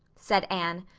said anne.